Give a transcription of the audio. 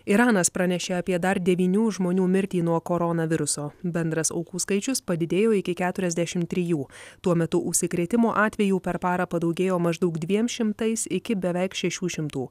iranas pranešė apie dar devynių žmonių mirtį nuo koronaviruso bendras aukų skaičius padidėjo iki keturiasdešimt trijų tuo metu užsikrėtimo atvejų per parą padaugėjo maždaug dviem šimtais iki beveik šešių šimtų